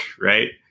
Right